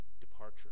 departure